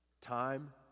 time